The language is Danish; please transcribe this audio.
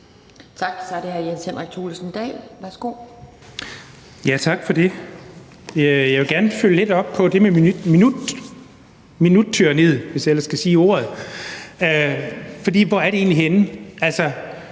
Værsgo. Kl. 11:07 Jens Henrik Thulesen Dahl (DF): Tak for det. Jeg vil gerne følge lidt op på det med minuttyranniet, hvis jeg ellers kan sige ordet, for hvor er det egentlig henne, og